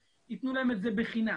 ייתנו להם את זה בחינם,